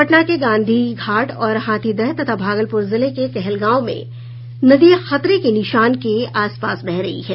पटना के गांधी घाट और हाथीदह तथा भागलपुर जिले के कहलगांव में नदी खतरे के निशान के आसपास बह रही है